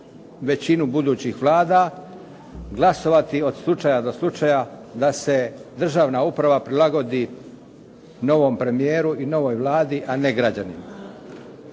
većinu budućih vlada, glasovati od slučaja do slučaja da se državna uprava prilagodi novom premijeru i novoj vladi, a ne građanima.